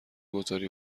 گذاری